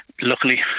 Luckily